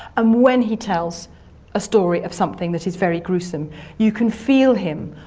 um when he tells a story of something that is very gruesome you can feel him,